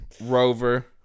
Rover